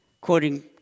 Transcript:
quoting